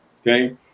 okay